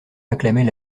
acclamait